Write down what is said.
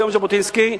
ביום ז'בוטינסקי,